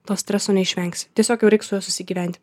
to streso neišvengsi tiesiog jau reik su juo susigyventi